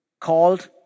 called